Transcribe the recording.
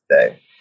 today